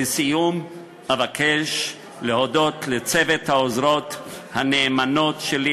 לסיום אבקש להודות לצוות העוזרות הנאמנות שלי,